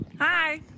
Hi